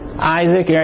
Isaac